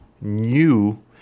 new